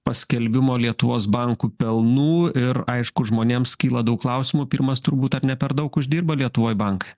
paskelbimo lietuvos bankų pelnų ir aišku žmonėms kyla daug klausimų pirmas turbūt ar ne per daug uždirba lietuvoj bankai